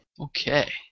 Okay